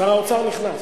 שר האוצר נכנס.